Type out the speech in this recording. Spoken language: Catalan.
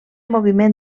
moviment